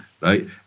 right